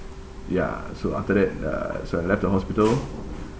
ya so after that uh so I left the hospital